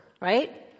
right